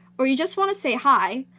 or you just want to say hi,